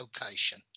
location